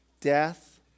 death